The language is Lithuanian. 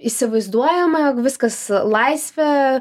įsivaizduojama jog viskas laisvė